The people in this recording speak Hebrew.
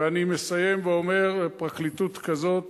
ואני מסיים ואומר שלפרקליטות כזאת